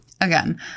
Again